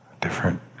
different